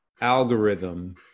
algorithm